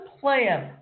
plan